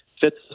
fits